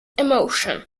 emotion